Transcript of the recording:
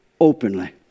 openly